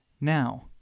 Now